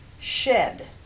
Shed